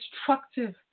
destructive